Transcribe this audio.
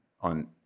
on